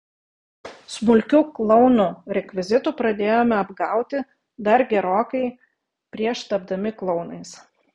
smulkiu klounų rekvizitu pradėjome apgauti dar gerokai prieš tapdami klounais